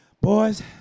boys